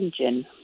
engine